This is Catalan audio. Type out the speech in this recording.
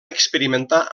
experimentar